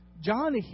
John